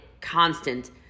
constant